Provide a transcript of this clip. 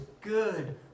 good